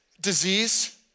disease